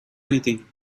anything